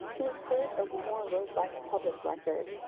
to encourage a more robust public record,